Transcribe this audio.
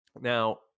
now